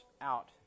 out